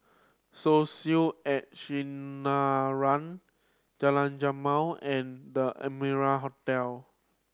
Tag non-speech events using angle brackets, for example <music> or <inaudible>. <unintelligible> at Sinaran Jalan Jamal and The Amara Hotel